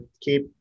keep